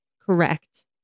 Correct